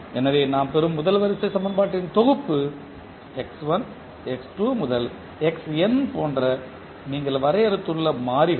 எனவே நாம் பெறும் முதல் வரிசை சமன்பாட்டின் தொகுப்பு x1 x2 முதல் xn போன்ற நீங்கள் வரையறுத்துள்ள மாறிகள்